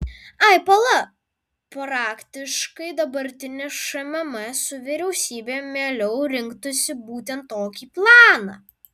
ai pala praktiškai dabartinė šmm su vyriausybe mieliau rinktųsi būtent tokį planą